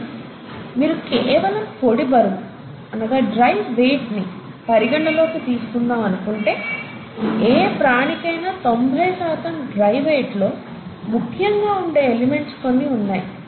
కానీ మీరు కేవలం పొడి బరువు డ్రై వెయిట్ ని పరిగణలోకి తీసుకుందాం అనుకుంటే ఏ ప్రాణికయినా తొంభై శాతం డ్రై వెయిట్లో ముఖ్యంగా ఉండే ఎలిమెంట్స్ కొన్ని ఉన్నాయి